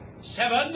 seven